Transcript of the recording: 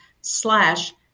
slash